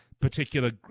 particular